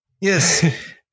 Yes